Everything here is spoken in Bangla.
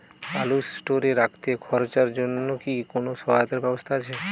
আলু স্টোরে রাখতে খরচার জন্যকি কোন সহায়তার ব্যবস্থা আছে?